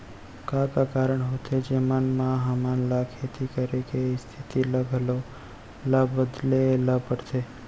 का का कारण होथे जेमन मा हमन ला खेती करे के स्तिथि ला घलो ला बदले ला पड़थे?